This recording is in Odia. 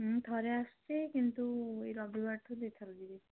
ମୁଁ ଥରେ ଆସିଛି କିନ୍ତୁ ଏଇ ରବିବାରଠୁ ଦୁଇ ଥର ଯିବି